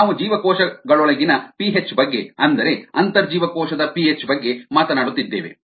ನಾವು ಜೀವಕೋಶಗಳೊಳಗಿನ ಪಿಹೆಚ್ ಬಗ್ಗೆ ಅಂದರೆ ಅಂತರ್ಜೀವಕೋಶದ ಪಿಹೆಚ್ ಬಗ್ಗೆ ಮಾತನಾಡುತ್ತಿದ್ದೇವೆ